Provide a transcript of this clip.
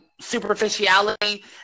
superficiality